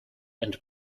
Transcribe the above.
and